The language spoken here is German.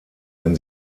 wenn